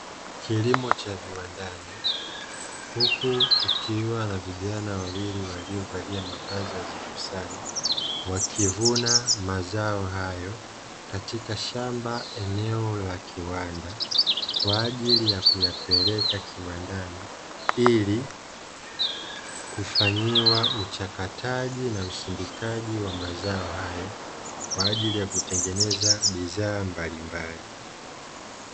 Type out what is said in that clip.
Kilimo cha viwandani huku kukiwa na vijana wawili waliovalia nadhifu sana kwa ajili ya kuzipeleka kiwandani kwa ajili ya kutengeneza bidhaa mbalimbali.